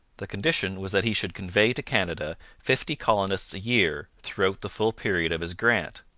the condition was that he should convey to canada fifty colonists a year throughout the full period of his grant.